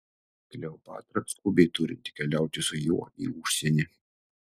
kleopatra skubiai turinti keliauti su juo į užsienį